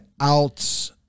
out